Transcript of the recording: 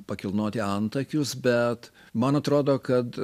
pakilnoti antakius bet man atrodo kad